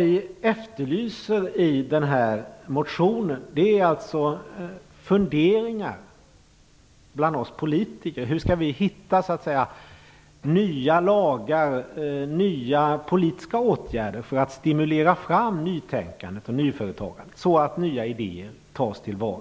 I den här motionen efterlyser vi funderingar hos oss politiker på hur vi skall hitta nya lagar och nya politiska åtgärder för att stimulera fram nytänkandet och nyföretagandet så att nya idéer tas till vara.